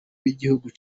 b’igihugu